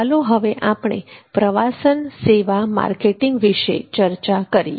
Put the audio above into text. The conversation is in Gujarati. ચાલો હવે આપણે પ્રવાસન સેવા માર્કેટિંગ વિશે ચર્ચા કરીએ